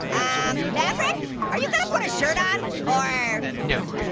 um maverick, are you gonna put a shirt on or. no,